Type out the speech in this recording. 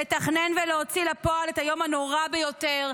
לתכנן ולהוציא לפועל את היום הנורא ביותר,